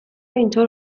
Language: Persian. اینطور